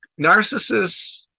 narcissists